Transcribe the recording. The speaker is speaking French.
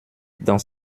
dans